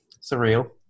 Surreal